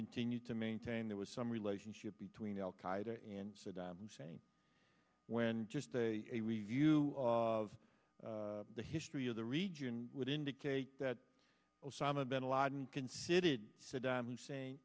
continued to maintain there was some relationship between al qaeda and saddam hussein when just a review of the history of the region would indicate that osama bin laden conceded saddam hussein